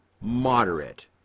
moderate